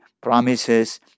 promises